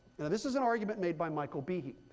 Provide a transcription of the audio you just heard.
and this is an argument made by michael behe.